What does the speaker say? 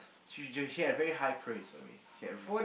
she just she had very high praise for me